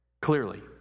clearly